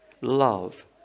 love